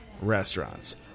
restaurants